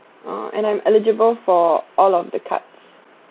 oh and I'm eligible for all of the cards